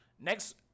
Next